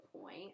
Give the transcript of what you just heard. point